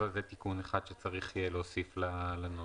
אז זה תיקון אחד שצריך יהיה להוסיף לנוסח.